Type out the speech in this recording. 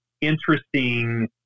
interesting